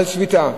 שביתה.